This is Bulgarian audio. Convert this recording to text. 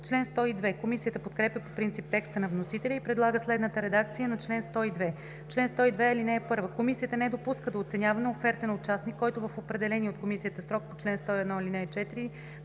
ал. 3.“ Комисията подкрепя по принцип текста на вносителя и предлага следната редакция на чл. 102: „Чл. 102. (1) Комисията не допуска до оценяване оферта на участник, който в определения от комисията срок по чл. 101, ал. 4